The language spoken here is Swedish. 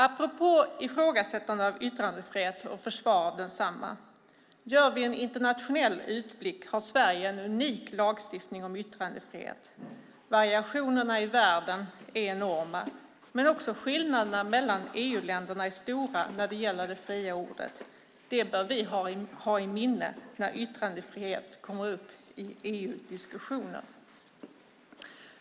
Apropå ifrågasättande av yttrandefrihet och försvar av densamma har Sverige vid en internationell utblick en unik lagstiftning om yttrandefrihet. Variationerna i världen är enorma, men också skillnaderna mellan EU-länderna är stora när det gäller det fria ordet. Det bör vi ha i minne när yttrandefrihet kommer upp i EU-diskussioner.